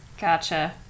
Gotcha